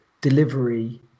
delivery